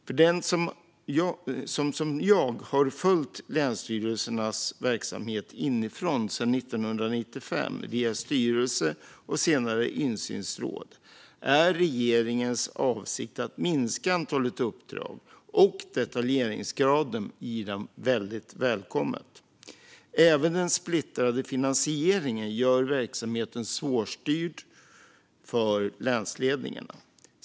För den som liksom jag har följt länsstyrelsernas verksamhet inifrån sedan 1995 via styrelse och senare insynsråd är regeringens avsikt att minska antalet uppdrag och detaljeringsgraden i dessa välkommen. Även den splittrade finansieringen gör verksamheten svårstyrd för länsledningarna.